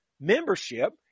membership